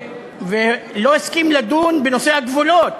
לא הסכים לדון בנושא הגבולות.